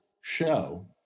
show